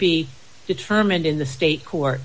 be determined in the state court